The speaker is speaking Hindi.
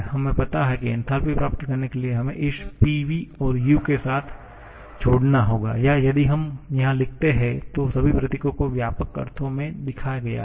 हमें पता है कि एन्थालपी प्राप्त करने के लिए हमें इस PV को U के साथ जोड़ना होगा या यदि हम यहां लिखते हैं तो सभी प्रतीकों को व्यापक अर्थों में दिखाया गया है